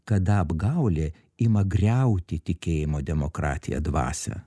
kada apgaulė ima griauti tikėjimo demokratija dvasią